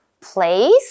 place